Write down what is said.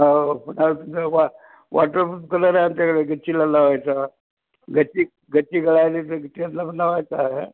हो पुन्हा वा वॉटरप्रूफ कलर आहे आमच्याकडे गच्चीला लावायचा गच्ची गच्ची गळायली तर गच्चीला पण लावायचा आहे